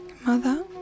Mother